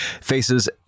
faces